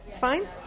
Fine